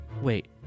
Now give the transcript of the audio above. wait